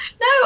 no